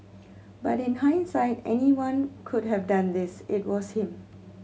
but in hindsight anyone could have done this it was him